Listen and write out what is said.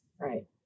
Right